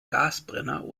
gasbrenner